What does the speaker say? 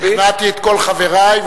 שכנעתי את כל חברי,